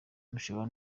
mushobora